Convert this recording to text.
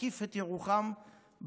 נקיף את ירוחם בחקלאות.